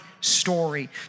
story